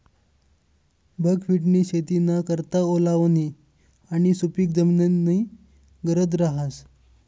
बकव्हिटनी शेतीना करता ओलावानी आणि सुपिक जमीननी गरज रहास